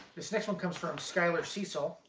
this next one comes from skylar cecil.